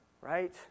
right